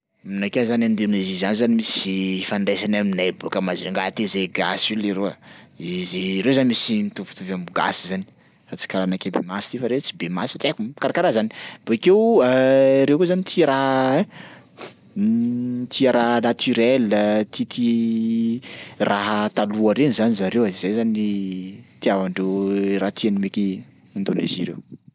Aminakay zany Indonezia zany misy ifandraisany aminay bôka Majunga ty zay gasy io leroa, izy reo zany misy mitovitovy am'gasy zany, fa tsy karaha anakay be maso ty fa reo tsy be maso fa tsy haiko, karakaraha zany. Bakeo reo koa zany tia raha ein tia raha naturel tiatia raha taloha reny zany zareo e zay zany ny itiavandreo raha tian'ny meki- Indonezia reo.